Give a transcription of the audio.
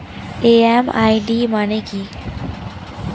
MMID মানে কি?